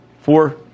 Four